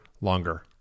longer